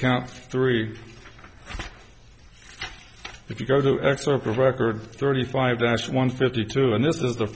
count three if you go to excerpt of record thirty five dash one fifty two and this is the